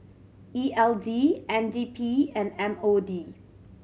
E L D N D P and M O D